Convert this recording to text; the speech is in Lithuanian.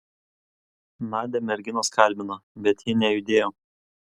nadią merginos kalbino bet ji nejudėjo